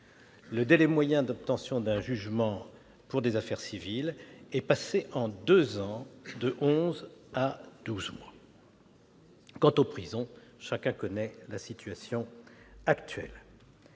Le délai moyen d'obtention d'un jugement pour des affaires civiles est passé en deux ans de onze à douze mois. Quant aux prisons, chacun connaît la situation actuelle